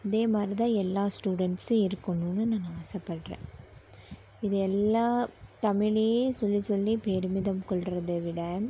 அதே மாதிரிதான் எல்லா ஸ்டூடன்ட்ஸும் இருக்கணுன்னு நான் ஆசைபட்றேன் இது எல்லா தமிழே சொல்லி சொல்லி பெருமிதம் கொள்கிறத விட